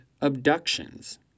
abductions